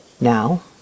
Now